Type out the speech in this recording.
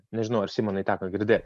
nežinau ar simonai teko girdėti